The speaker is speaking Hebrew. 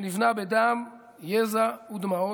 שנבנה בדם, יזע ודמעות,